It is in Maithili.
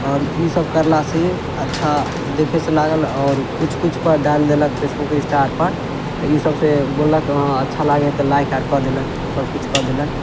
आओर ईसब करला सँ अच्छा देखयसँ लागल आओर किछु किछुपर डाल देलक फेसबुक इंस्टा आरपर तऽ ईसब सँ बोललक हँ अच्छा लागय हइ तऽ लाइक आर कऽ देलक सब किछु कऽ देलक